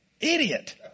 Idiot